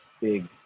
big